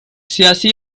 siyasi